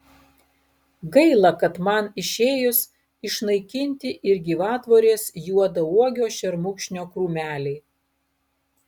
gaila kad man išėjus išnaikinti ir gyvatvorės juodauogio šermukšnio krūmeliai